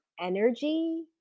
energy